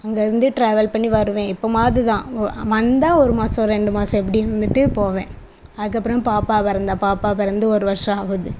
அங்கேயிருந்து ட்ராவல் பண்ணி வருவேன் எப்பவாது தான் உ வந்தால் ஒரு மாதம் ரெண்டு மாதம் இப்படி இருந்துட்டு போவேன் அதுக்கப்புறம் பாப்பா பெறந்தால் பாப்பா பிறந்து ஒரு வருஷம் ஆகுது